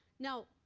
now,